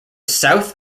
south